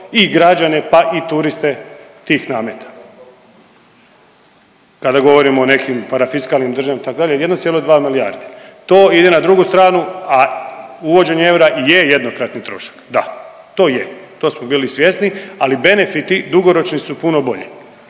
i građane pa i turiste tih nameta. Kada govorimo o nekim parafiskalnim, državnim itd. 1,2 milijarde to ide na drugu stranu, a uvođenje eura je jednokratni trošak, da, to je, to smo bili svjesni, ali benefiti dugoročni su puno bolji.